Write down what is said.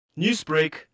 Newsbreak